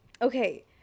Okay